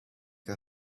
her